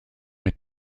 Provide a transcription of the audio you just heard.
mit